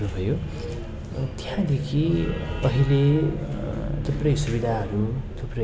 भयो त्यहाँदेखि अहिले थुप्रै सुविधाहरू थुप्रै